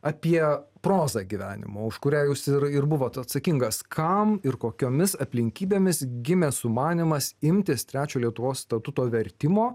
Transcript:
apie prozą gyvenimo už kurią jūs ir ir buvot atsakingas kam ir kokiomis aplinkybėmis gimė sumanymas imtis trečio lietuvos statuto vertimo